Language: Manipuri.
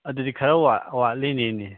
ꯑꯗꯨꯗꯤ ꯈꯔ ꯋꯥꯠꯂꯤꯅꯤꯅꯦ